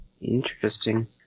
Interesting